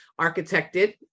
architected